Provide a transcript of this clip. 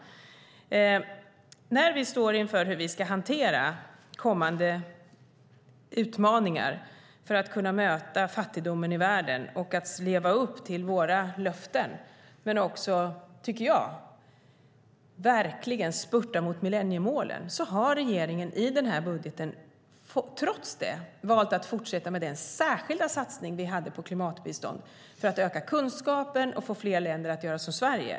När vi står inför hur vi ska hantera kommande utmaningar för att kunna möta fattigdomen i världen och leva upp till våra löften, men också, tycker jag, verkligen spurta mot millenniemålen, har regeringen i den här budgeten trots detta valt att fortsätta med den särskilda satsning vi hade på klimatbistånd för att öka kunskapen och få fler länder att göra som Sverige.